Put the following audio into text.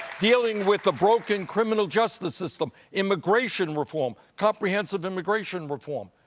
dealing with the broken criminal justice system, immigration reform, comprehensive immigration reform,